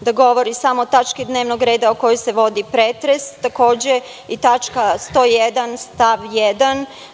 da govori samo o tački dnevnog reda o kojoj se vodi pretres. Takođe i tačka 101. stav